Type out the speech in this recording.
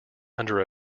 under